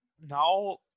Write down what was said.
now